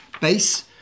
base